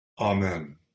Amen